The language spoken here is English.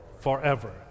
Forever